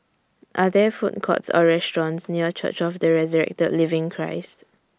Are There Food Courts Or restaurants near Church of The Resurrected Living Christ